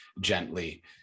gently